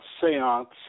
seance